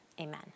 amen